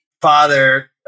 father